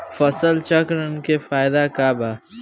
फसल चक्रण के फायदा का बा?